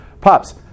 Pops